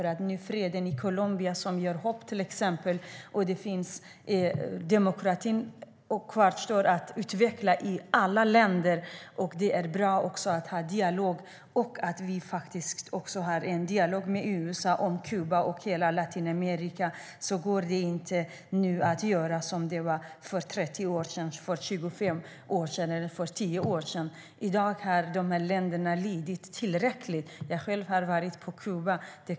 Nu inger till exempel freden i Colombia hopp, men demokratin kvarstår att utveckla i alla länder. Det är bra att vi har en dialog med USA om Kuba och hela Latinamerika. Det går inte att göra på samma sätt nu som för 30 år sedan, för 25 år sedan eller för 10 år sedan. De här länderna har lidit tillräckligt. Jag har själv varit på Kuba.